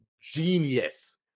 genius